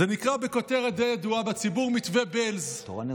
זה נקרא בכותרת די ידועה בציבור "מתווה בעלז",